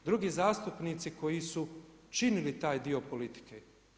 Drugi zastupnici koji su činili taj dio politike.